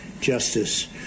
justice